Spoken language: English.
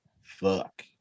fuck